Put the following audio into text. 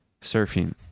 surfing